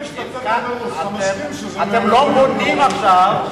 העובדות הן שאתם לא מונעים עכשיו,